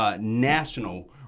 national